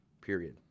period